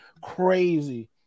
crazy